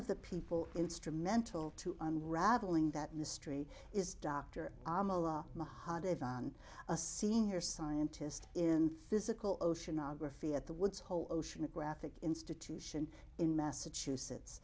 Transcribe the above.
of the people instrumental to unraveling that mystery is doctor dave on a senior scientist in physical oceanography at the woods hole oceanographic institution in massachusetts